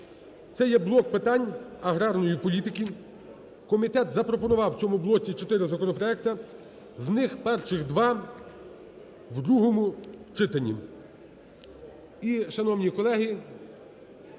це є блок питань аграрної політики. Комітет запропонував в цьому блоці 4 законопроекти, з них перших 2 – в другому читанні.